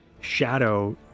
shadow